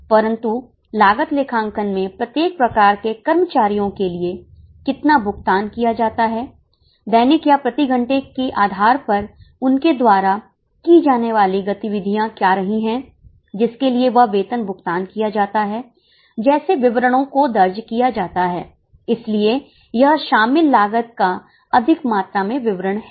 परंतु लागत लेखांकन में प्रत्येक प्रकार के कर्मचारियों के लिए कितना भुगतान किया जाता है दैनिक या प्रति घंटे के आधार पर उनके द्वारा की जाने वाली क्या गतिविधियाँ रही हैं जिसके लिए वह वेतन भुगतान किया जाता है जैसे विवरणों को दर्ज किया जाता है इसलिए यह शामिल लागत का अधिक मात्रा में विवरण है